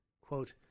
Quote